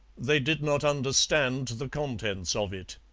they did not understand the contents of it.